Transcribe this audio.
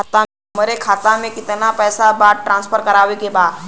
हमारे खाता में कितना पैसा बा खाता ट्रांसफर करावे के बा?